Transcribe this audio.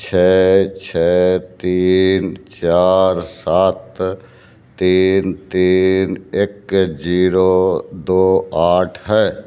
ਛੇ ਛੇ ਤੀਨ ਚਾਰ ਸੱਤ ਤੀਨ ਤੀਨ ਇੱਕ ਜੀਰੋ ਦੋ ਅੱਠ ਹੈ